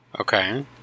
Okay